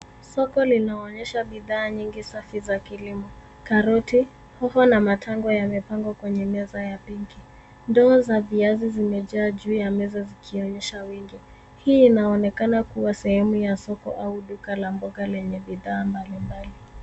Soko linaonyesha bidhaa nyingi safi za kilimo. Karoti, hoho na matango yamepangwa kwenye meza ya pinki. Ndoo za viazi zimejaa juu ya meza zikionyesha wingi. Hii inaonekana kuwa sehemu ya soko au duka la mboga lenye bidhaa mbali mbali.